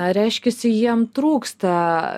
reiškiasi jiem trūksta